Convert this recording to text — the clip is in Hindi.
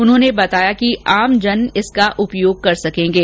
उन्होंने बताया कि आमजन इसका उपयोग कर सकेंगे